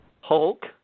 Hulk